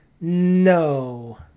No